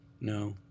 No